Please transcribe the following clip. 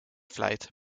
vlijt